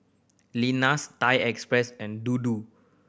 Lenas Thai Express and Dodo